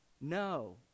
no